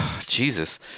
Jesus